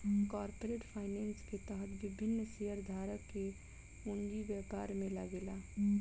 corporate finance के तहत विभिन्न शेयरधारक के पूंजी व्यापार में लागेला